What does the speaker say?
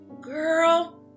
Girl